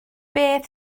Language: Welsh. beth